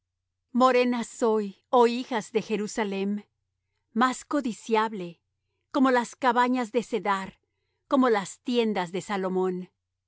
morena soy oh hijas de jerusalem mas codiciable como las cabañas de cedar como las tiendas de salomón